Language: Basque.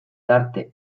tarte